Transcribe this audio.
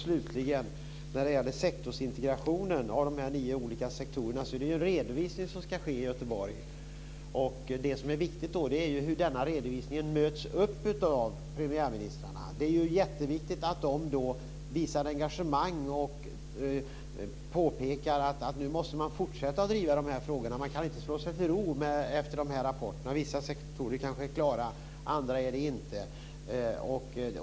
Slutligen när det gäller integrationen av de nio olika sektorerna ska en redovisning ske i Göteborg. Det som är viktigt är hur denna redovisning möts upp av premiärministrarna. Det är jätteviktigt att de visar engagemang och påpekar att man måste fortsätta att driva de här frågorna, att man inte kan slå sig till ro efter rapporterna. Vissa sektorer kanske är klara, andra är det inte.